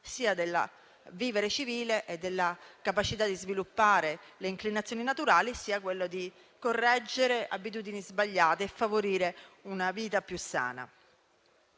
sani del vivere civile, della capacità di sviluppare le inclinazioni naturali e di correggere abitudini sbagliate, favorendo una vita più sana.